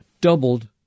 doubled